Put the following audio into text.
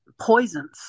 poisons